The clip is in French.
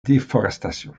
déforestation